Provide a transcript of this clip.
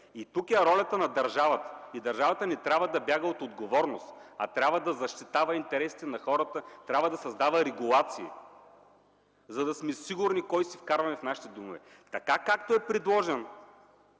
И тук е ролята на държавата. Тя не трябва да бяга от отговорност, а трябва да защитава интересите на хората, трябва да създава регулации, за да сме сигурни кого вкарваме в нашите домове. Както сме